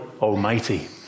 Almighty